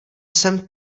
sem